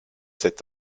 sept